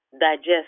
digest